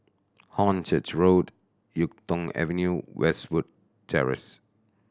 Hornchurch Road Yuk Tong Avenue Westwood Terrace